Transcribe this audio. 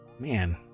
man